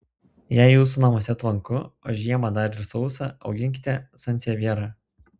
jei jūsų namuose tvanku o žiemą dar ir sausa auginkite sansevjerą